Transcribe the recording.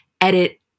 edit